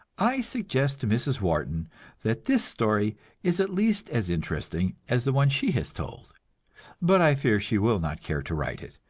i suggest to mrs. wharton that this story is at least as interesting as the one she has told but i fear she will not care to write it,